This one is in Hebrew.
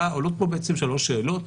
עולות פה שלוש שאלות: